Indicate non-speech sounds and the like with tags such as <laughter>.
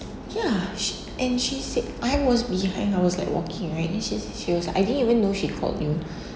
ya sh~ and she said I was behind I was like walking right and she said she was like I didn't even know she called you <breath>